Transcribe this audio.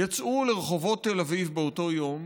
יצאו לרחובות תל אביב באותו יום